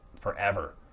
forever